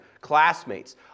classmates